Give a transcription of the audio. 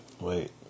wait